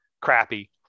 crappy